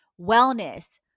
wellness